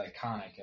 iconic